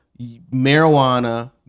marijuana